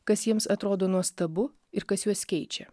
kas jiems atrodo nuostabu ir kas juos keičia